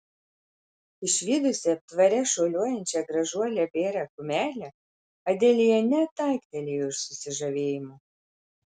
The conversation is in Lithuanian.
išvydusi aptvare šuoliuojančią gražuolę bėrą kumelę adelija net aiktelėjo iš susižavėjimo